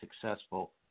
successful